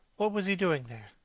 what was he doing there?